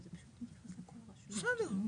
משרד הפנים,